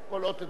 אדוני